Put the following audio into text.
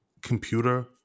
computer